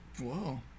Whoa